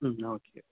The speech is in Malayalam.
മ്മ് ഓക്കേ